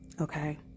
Okay